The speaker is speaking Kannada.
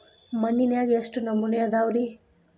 ಮಣ್ಣಿನಾಗ ಎಷ್ಟು ನಮೂನೆ ಅದಾವ ರಿ?